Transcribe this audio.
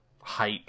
height